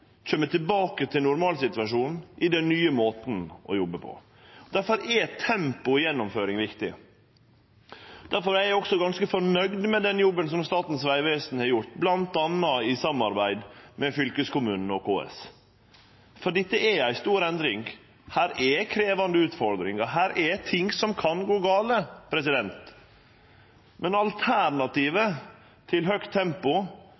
kjem tilbake til normalsituasjonen i den nye måten å jobbe på. Difor er tempo i gjennomføringa viktig. Difor er eg også ganske fornøgd med den jobben Statens vegvesen har gjort, bl.a. i samarbeid med fylkeskommunane og KS. For dette er ei stor endring. Her er krevjande utfordringar. Her er ting som kan gå gale. Men alternativet til høgt tempo